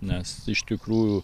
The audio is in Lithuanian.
nes iš tikrųjų